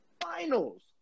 finals